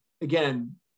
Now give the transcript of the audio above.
Again